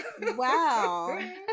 wow